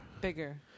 Bigger